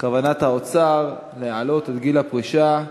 כוונת האוצר להעלות את גיל הפרישה,